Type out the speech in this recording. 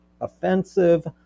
offensive